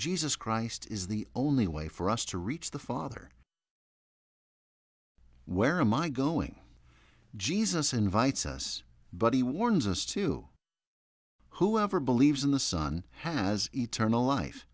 jesus christ is the only way for us to reach the father where my going jesus invites us but he warns us to whoever believes in the son has eternal life